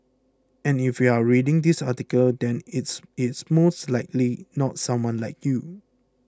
and if you are reading this article then it is most likely not someone like you